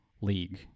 league